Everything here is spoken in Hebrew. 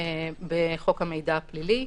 בחוק המידע הפלילי.